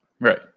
Right